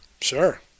Sure